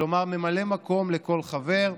כלומר ממלא מקום לכל חבר,